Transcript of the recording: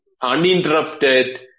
uninterrupted